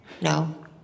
No